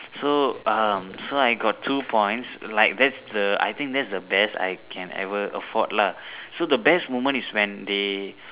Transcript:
so um so I got two points like thats the I think thats the best that I can ever afford lah so the best moment is when they